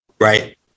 right